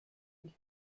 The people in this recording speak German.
sich